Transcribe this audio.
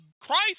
Christ